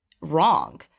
wrong